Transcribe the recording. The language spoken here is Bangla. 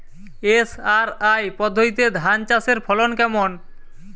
এস.আর.আই পদ্ধতিতে ধান চাষের ফলন কেমন?